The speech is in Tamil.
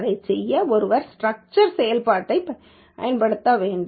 அதைச் செய்ய ஒருவர் ஸ்டிரக்சர் செயல்பாட்டைப் பயன்படுத்த வேண்டும்